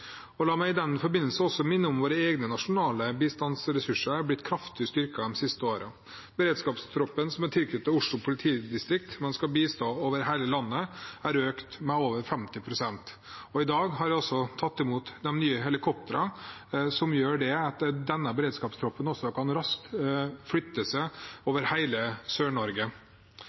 La meg i den forbindelse også minne om at våre egne nasjonale bistandsressurser er blitt kraftig styrket de siste årene. Beredskapstroppen, som er tilknyttet Oslo politidistrikt, men skal bistå over hele landet, er økt med over 50 pst., og i dag har jeg tatt imot de nye helikoptrene, som gjør at denne beredskapstroppen også raskt kan flytte seg over hele